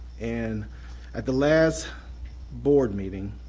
and at the last board meeting,